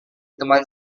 teman